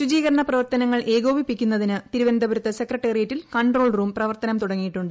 ശുചീകരണ പ്രവർത്തനങ്ങൾ ഏകോപിപ്പിക്കുന്നതിന് തിരുവനന്തപുരത്ത് സെക്രട്ടേറിയറ്റിൽ കൺട്രോൾ റൂം പ്രവർത്തനം തുടങ്ങിയിട്ടുണ്ട്